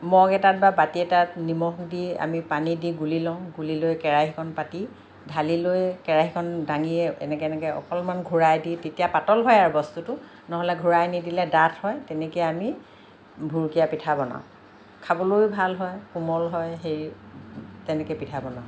mug এটা বা বাতি এটাত নিমখ দি আমি পানী দি গুলি লওঁ গুলি লৈ কেৰাহীখন পাতি ঢালি লৈ কেৰাহীখন ডাঙি এনেকে এনেকে অকণমান ঘূৰাই দি তেতিয়া পাতল হয় আৰু বস্তুটো নহ'লে ঘূৰাই নিদিলে ডাঠ হয় তেনেকে আমি ভুৰুকীয়া পিঠা বনাওঁ খাবলৈও ভাল হয় কোমল হয় হেৰি তেনেকে পিঠা বনাওঁ